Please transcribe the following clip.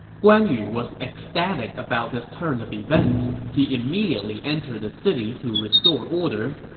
guan yu was ecstatic about this turn of events. he immediately entered the city to restore order.